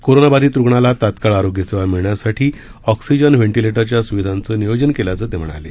corona बाधित रुग्णाला तात्काळ आरोग्य सेवा मिळण्यासाठी ऑक्सिजन व्हेंटीलेटरच्या सुविधांचे नियोजन केल्याचं ते म्हणाले